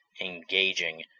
engaging